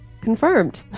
confirmed